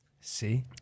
See